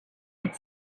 could